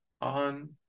on